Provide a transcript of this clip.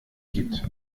gibt